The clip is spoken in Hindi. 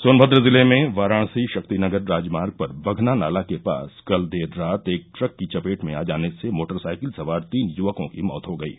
सोनभद्र जिले में वाराणसी शक्तिनगर राजमार्ग पर बघना नाला के पास कल देर रात एक ट्रक की चपेट में आ जाने से मोटरसाइकिल सवार तीन युवकों की मौत हो गयी